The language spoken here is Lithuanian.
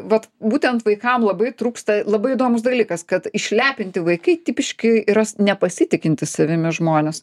vat būtent vaikam labai trūksta labai įdomus dalykas kad išlepinti vaikai tipiški yra nepasitikintys savimi žmonės